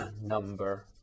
number